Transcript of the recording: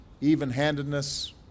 even-handedness